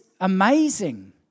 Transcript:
amazing